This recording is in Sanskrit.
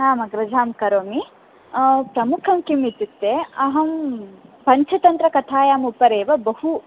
आम् अग्रज अहं करोमि प्रमुखं किम् इत्युक्ते अहं पञ्चतन्त्रकथायाः उपरि एव बहु